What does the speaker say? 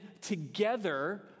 together